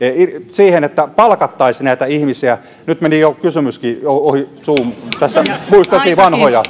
siihen että palkattaisiin näitä ihmisiä nyt meni jo kysymyskin ohi suun kun tässä muisteltiin vanhoja